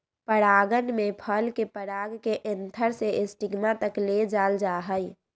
परागण में फल के पराग के एंथर से स्टिग्मा तक ले जाल जाहई